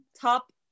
top